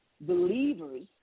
believers